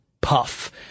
puff